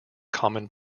common